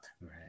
Right